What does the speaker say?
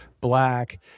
black